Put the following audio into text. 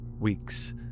weeks